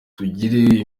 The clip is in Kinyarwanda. tugire